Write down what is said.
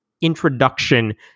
introduction